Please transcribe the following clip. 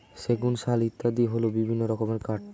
সেগুন, শাল ইত্যাদি হল বিভিন্ন রকমের কাঠ